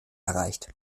erreicht